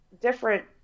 different